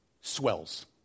swells